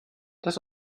das